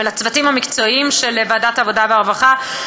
לצוותים המקצועיים של ועדת העבודה והרווחה,